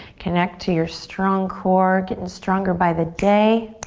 connect to your strong core, getting stronger by the day.